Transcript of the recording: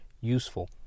useful